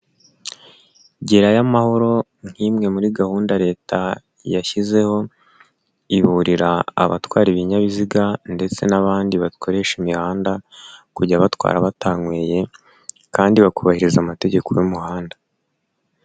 Gerayo amahoro nk'imwe muri gahunda leta yashyizeho, iburira abatwara ibinyabiziga ndetse n'abandi bakoresha imihanda kujya batwara batanyweye, kandi bakubahiriza amategeko y'umuhanda.